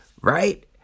Right